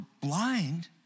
blind